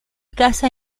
caza